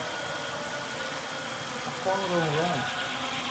A fan ron ron